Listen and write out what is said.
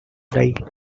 die